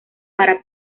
para